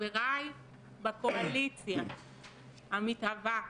חבריי בקואליציה המתהווה,